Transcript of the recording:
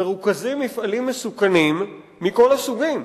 מרוכזים מפעלים מסוכנים מכל הסוגים,